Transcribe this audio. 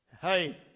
Hey